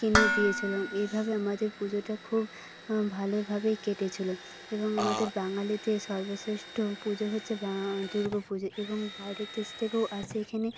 কিনে দিয়েছিল এভাবে আমাদের পুজোটা খুব ভালোভাবেই কেটেছিল এবং আমাদের বাঙালিদের সর্বশ্রেষ্ঠ পুজো হচ্ছে দুর্গা পুজো এবং বাইরের দেশ থেকেও আসে এখানে